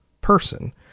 person